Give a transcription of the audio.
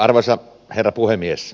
arvoisa herra puhemies